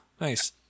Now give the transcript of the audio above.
nice